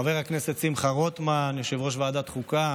חבר הכנסת שמחה רוטמן, יושב-ראש ועדת חוקה,